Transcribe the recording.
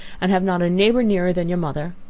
and have not a neighbour nearer than your mother.